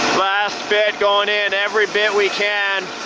last bit going in, every bit we can.